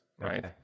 Right